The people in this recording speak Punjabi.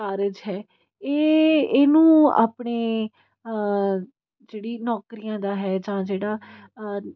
ਕਾਰਜ ਹੈ ਇਹ ਇਹਨੂੰ ਆਪਣੇ ਜਿਹੜੀ ਨੌਕਰੀਆਂ ਦਾ ਹੈ ਜਾਂ ਜਿਹੜਾ